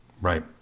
Right